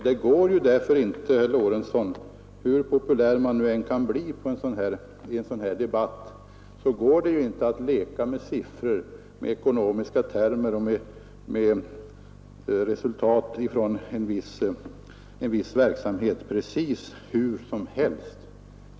Det går därför inte, herr Lorentzon, hur populär man än kan bli i en sådan här debatt, att leka med siffror och ekonomiska termer och med resultat ifrån en viss verksamhet precis hur som helst.